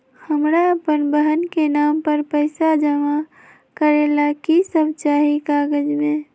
हमरा अपन बहन के नाम पर पैसा जमा करे ला कि सब चाहि कागज मे?